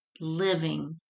Living